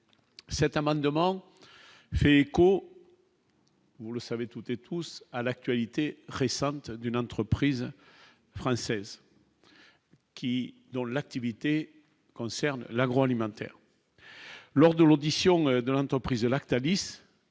cet amendement fait écho. Vous le savez, toutes et tous à l'actualité récente d'une entreprise française. Qui dont l'activité concerne l'agroalimentaire. Lors de l'audition de l'entreprise Lactalis